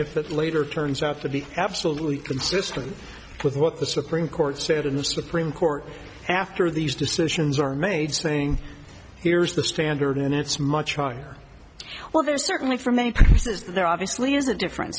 if that later turns out to be absolutely consistent with what the supreme court said in the supreme court after these decisions are made saying here's the standard and it's much higher well there's certainly for many purposes there obviously is a differen